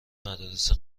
مدارس